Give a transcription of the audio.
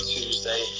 Tuesday